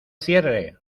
cierre